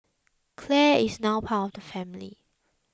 Clare is now part of family